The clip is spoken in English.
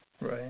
Right